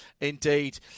indeed